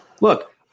look